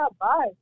bye